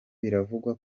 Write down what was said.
biravuga